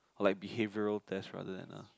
like behavioral test rather than a